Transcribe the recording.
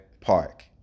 Park